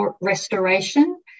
restoration